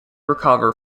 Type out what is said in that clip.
recover